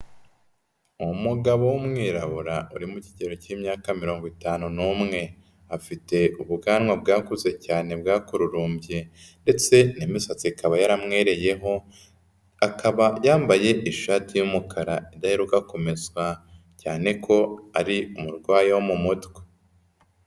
Umugabo w'umwirabura uri mu kigero cy'imyaka mirongo itanu n'umwe, afite ubwanwa bwakuze cyane bwakurumbye ndetse n'imisatsi ikaba yaramwereyeho, akaba yambaye ishati y'umukara idaheruka kumeswa cyane ko ari umurwayi wo mu mutwe.